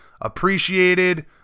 appreciated